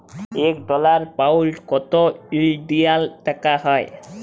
ইক dollar, pound কত ইলডিয়াল টাকা হ্যয়